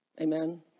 Amen